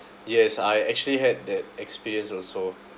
yes I actually had that experience also